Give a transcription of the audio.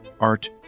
art